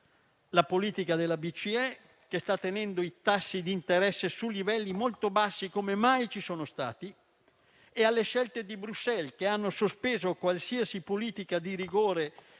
alla politica della BCE, che sta tenendo i tassi di interesse su livelli molto bassi (come non lo sono mai stati), e alle scelte di Bruxelles, che ha sospeso qualsiasi politica di rigore